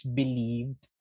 believed